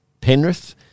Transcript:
Penrith